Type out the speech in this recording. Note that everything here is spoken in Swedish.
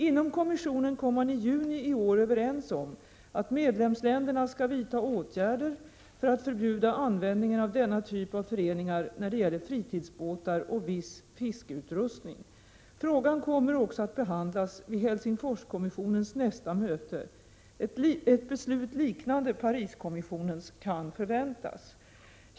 Inom kommissionen kom man i juni i år överens om att medlemsländerna skall vidta åtgärder för att förbjuda användningen av denna typ av föreningar när det gäller fritidsbåtar och viss fiskeutrustning. Frågan kommer också att behandlas vid Helsingforskommissionens nästa möte. Ett beslut liknande Pariskommissionens kan förväntas.